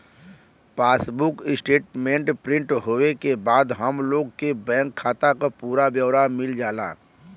passbook statement print होये के बाद हम लोग के बैंक खाता क पूरा ब्यौरा मिल जाला